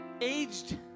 aged